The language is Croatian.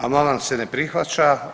Amandman se ne prihvaća.